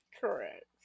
Correct